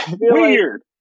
Weird